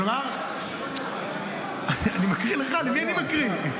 כלומר, אני מקריא לך, למי אני מקריא?